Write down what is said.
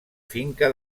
finca